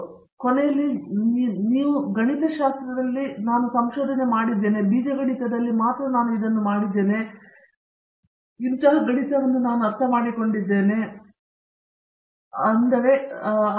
ಅದರ ಕೊನೆಯಲ್ಲಿ ನೀವು ನಾನು ಗಣಿತಶಾಸ್ತ್ರದಲ್ಲಿ ನನ್ನ ಸಂಶೋಧನೆ ಮಾಡಿದ್ದೇನೆ ಮತ್ತು ಬೀಜಗಣಿತದಲ್ಲಿ ಮಾತ್ರ ನಾನು ಇದನ್ನು ಮಾಡಿದ್ದೇನೆ ಮತ್ತು ಗಣಿತಗಳನ್ನು ಮಾತ್ರ ನಾನು ಅರ್ಥಮಾಡಿಕೊಂಡಿದ್ದೇನೆ ಅದು ನಿಮಗೆ ತುಂಬಾ ಚೆನ್ನಾಗಿ ಕಾಣಿಸುತ್ತಿಲ್ಲ